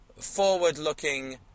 forward-looking